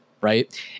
right